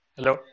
Hello